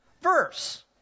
verse